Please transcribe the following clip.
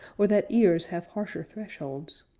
or that ears have harsher thresholds?